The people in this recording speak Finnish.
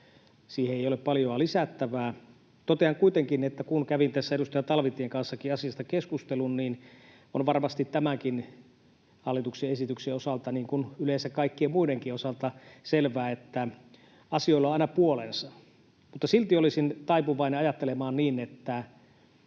siihen ei ole paljoa lisättävää. Totean kuitenkin, että kun kävin tässä edustaja Talvitienkin kanssa asiasta keskustelun, niin on varmasti tämänkin hallituksen esityksen osalta niin kuin yleensä kaikkien muidenkin osalta selvä, että asioilla on aina puolensa. Silti olisin taipuvainen ajattelemaan niin, että